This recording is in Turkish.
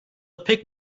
pek